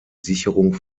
sicherung